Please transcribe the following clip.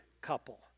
couple